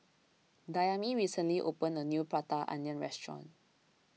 Dayami recently opened a new Prata Onion restaurant